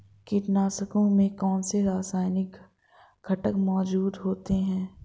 कीटनाशकों में कौनसे रासायनिक घटक मौजूद होते हैं?